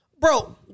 Bro